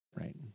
right